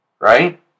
Right